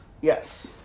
Yes